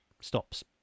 stops